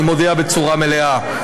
אני מודיע בצורה מלאה.